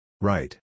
Right